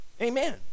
Amen